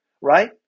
right